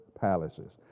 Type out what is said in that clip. palaces